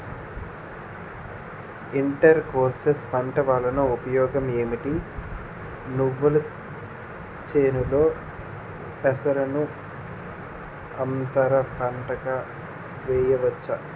Inter crops పంట వలన ఉపయోగం ఏమిటి? నువ్వుల చేనులో పెసరను అంతర పంటగా వేయవచ్చా?